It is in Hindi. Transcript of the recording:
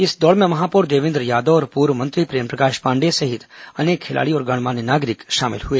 इस दौड़ में महापौर देवेन्द्र यादव और पूर्व मंत्री प्रेमप्रकाश पांडेय सहित अनेक खिलाड़ी और गणमान्य नागरिक शामिल हुए